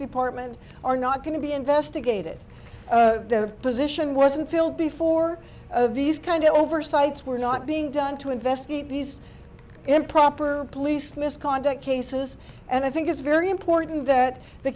and are not going to be investigated the position wasn't filled before of these kind of oversights were not being done to investigate these improper police misconduct cases and i think it's very important that the